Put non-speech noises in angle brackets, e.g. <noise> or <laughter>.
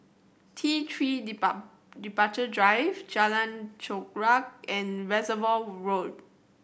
T Three <unintelligible> Departure Drive Jalan Chorak and Reservoir Road